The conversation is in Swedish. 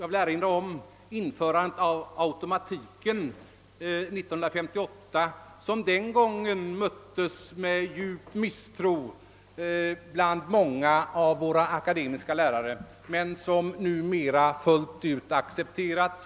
exempelvis införandet av automatiken år 1958, som den gången möttes med djup misstro från många akademiska lärare men som numera helt och fullt accepterats.